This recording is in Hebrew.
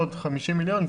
עוד 50 מיליון,